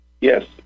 Yes